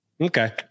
Okay